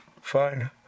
Fine